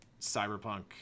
Cyberpunk